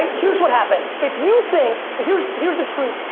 and here's what happened. if you think, here's, here's the truth,